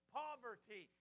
poverty